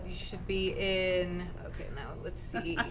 should be in ok. now, let's see.